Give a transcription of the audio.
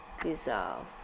dissolve